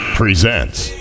presents